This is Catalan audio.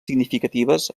significatives